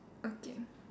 okay